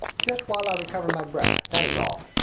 just while i recover my breath, that is all.